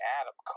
Adam